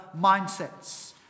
mindsets